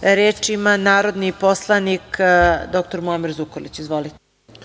Reč ima narodni poslanik dr Muamer Zukorlić. Izvolite.